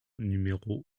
numéro